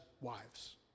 wives